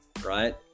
right